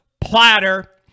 platter